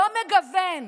לא מגוון